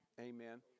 amen